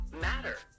matter